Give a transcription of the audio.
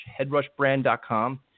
headrushbrand.com